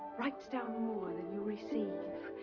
writes down more than you receive.